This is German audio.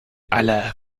alle